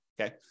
Okay